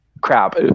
crap